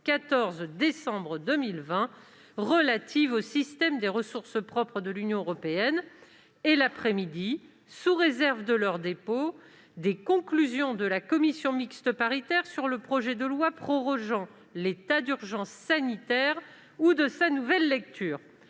14 décembre 2020 relative au système des ressources propres de l'Union européenne et l'après-midi, sous réserve de leur dépôt, des conclusions de la commission mixte paritaire sur le projet de loi prorogeant l'état d'urgence sanitaire ou de sa nouvelle lecture.